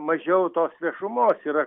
mažiau tos viešumos yra